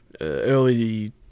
early